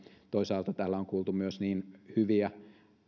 toisaalta täällä on kuultu myös niin hyviä